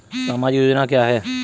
सामाजिक योजना क्या है?